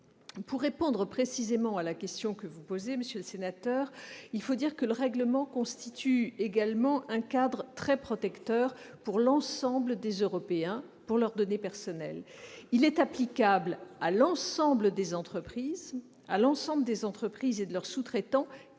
Pour répondre précisément à la question que vous posez, monsieur le sénateur, il faut dire que le règlement constitue un cadre très protecteur pour l'ensemble des Européens en matière de données personnelles. Il est applicable à l'ensemble des entreprises et de leurs sous-traitants,